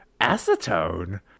acetone